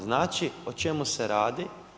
Znači o čemu se radi?